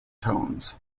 tones